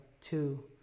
two